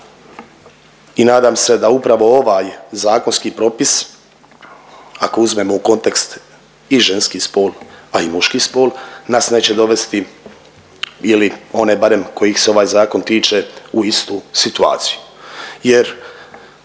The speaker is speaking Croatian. i nadam se da upravo ovaj zakonski propis, ako uzmemo u kontekst i ženski spol, a i muški spol, nas neće dovesti ili one barem kojih se ovaj Zakon tiče, u istu situaciju